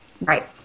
Right